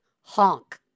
honk